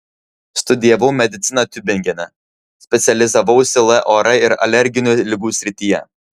studijavau mediciną tiubingene specializavausi lor ir alerginių ligų srityje